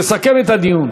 יסכם את הדיון